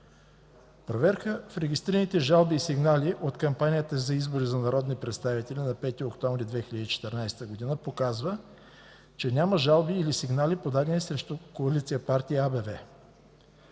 Проверка в регистрираните жалби и сигнали от кампанията за избори за народни представители на 5 октомври 2014 г. показва, че няма жалби или сигнали, подадени срещу